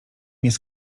jest